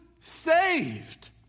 saved